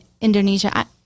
Indonesia